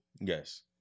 Yes